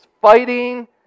fighting